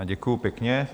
Děkuji pěkně.